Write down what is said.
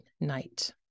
night